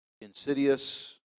insidious